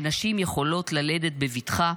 ונשים יכולות ללדת בבטחה,